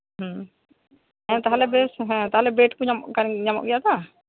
ᱦᱮᱸ ᱦᱮᱸ ᱛᱟᱦᱚᱞᱮ ᱵᱮᱥ ᱦᱮᱸ ᱛᱟᱦᱚ ᱞᱮ ᱵᱮᱰ ᱠᱚ ᱧᱟᱢᱚᱜ ᱠᱟᱱ ᱧᱟᱢᱚᱜ ᱜᱮᱭᱟ ᱛᱚ